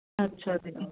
ਅੱਛਾ ਜੀ